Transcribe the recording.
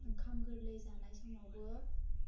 ओंखाम गोरलै जानाय समावबो